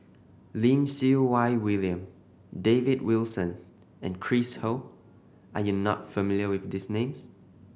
Lim Siew Wai William David Wilson and Chris Ho are you not familiar with these names